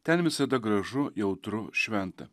ten visada gražu jautru šventa